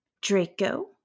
Draco